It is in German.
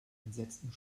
entsetzten